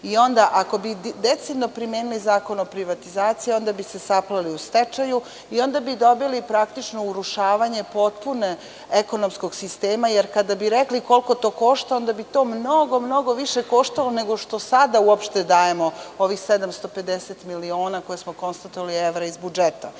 o stečaju. Ako bi decidno primenili Zakon o privatizaciji, onda bi se sapleli u stečaju i onda bi dobili praktično urušavanje potpuno ekonomskog sistema, jer kada bi rekli koliko to košta, onda bi to mnogo, mnogo više koštalo nego što sada uopšte dajemo ovih 750 miliona evra koje smo konstatovali iz budžeta. Prema